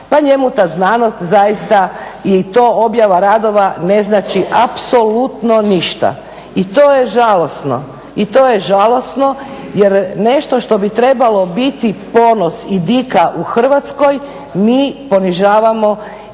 pa njemu ta znanost zaista i to objava radova ne znači apsolutno ništa. I to je žalosno, jer nešto što bi trebalo biti ponos i dika u Hrvatskoj mi ponižavamo i